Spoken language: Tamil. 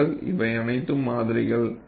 பாருங்கள் இவை அனைத்தும் மாதிரிகள்